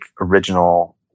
original